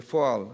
בפועל,